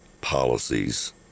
policies